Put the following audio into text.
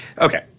Okay